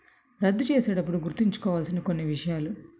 రద్దు చేసేటప్పుడు గుర్తుంచుకోవాల్సిన కొన్ని విషయాలు